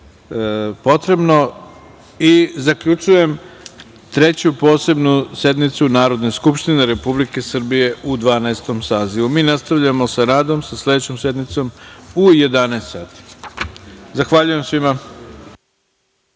potrebno. Zaključujem Treću posebnu sednicu Narodne skupštine Republike Srbije u Dvanaestom sazivu. Mi nastavljamo sa radom, sa sledećom sednicom u 11.00 časova. Zahvaljujem svima.